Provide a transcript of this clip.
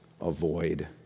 avoid